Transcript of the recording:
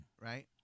Right